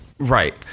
Right